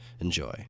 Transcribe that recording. Enjoy